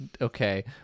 okay